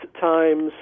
times